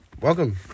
welcome